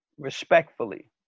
Respectfully